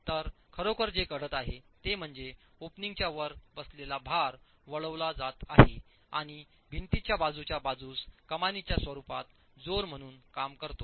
तर खरोखर जे घडत आहे ते म्हणजे ओपनिंगच्या वर बसलेला भार वळविला जात आहे आणि भिंतीच्या बाजूच्या बाजूस कमानीच्या स्वरूपात जोर म्हणून काम करतो